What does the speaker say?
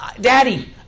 Daddy